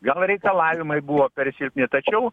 gal reikalavimai buvo per silpni tačiau